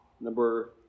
Number